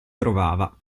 trovava